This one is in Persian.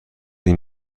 این